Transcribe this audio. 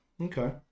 Okay